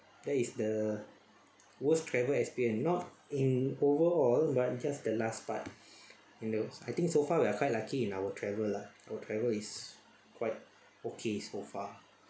that is the worst travel experience not in overall but just the last part you know I think so far we are quite lucky in our travel lah our travel is quite okay so far